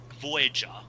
Voyager